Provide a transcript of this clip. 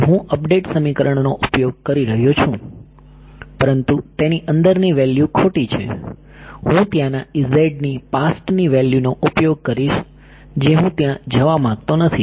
તેથી હું અપડેટ સમીકરણનો ઉપયોગ કરી રહ્યો છું પરંતુ તેની અંદરની વેલ્યૂ ખોટી છે હું ત્યાંના ની પાસ્ટની વેલ્યૂનો ઉપયોગ કરીશ જે હું ત્યાં જવા માંગતો નથી